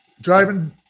driving